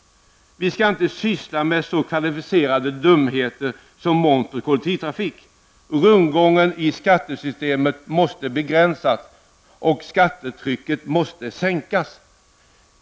Vi skall inte syssla med så kvalificerade dumheter som moms på kollektivtrafik. Rundgången i skattesystemet måste begränsas, och skattetrycket måste sänkas.